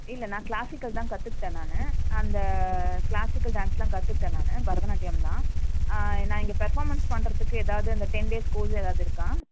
இல்லை நான் க்ளாசிக்கல் தான் கற்றுக்கிட்டேன் நான் அந்த க்ளாசிக்கல் டான்ஸெல்லாம் கற்றுக்கிட்டேன் நான் பரதநாட்டியம்தான் நான் இங்கே பெர்ஃபார்மென்ஸ் பண்ணுறதுக்கு ஏதாவது அந்த டென் டேஸ் கோர்ஸ் ஏதாவது இருக்கா